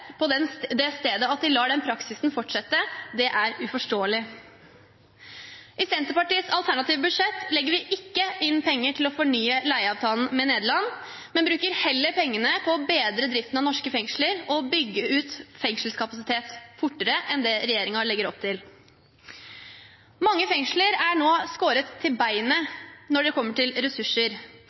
la den praksisen fortsette, er uforståelig. I Senterpartiets alternative budsjett legger vi ikke inn penger til å fornye leieavtalen med Nederland, men bruker heller pengene på å bedre driften av norske fengsler og bygge ut fengselskapasiteten fortere enn det regjeringen legger opp til. Mange fengsler er nå skåret til beinet når det kommer til ressurser.